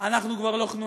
אנחנו כבר לא חְנונים.